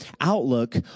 outlook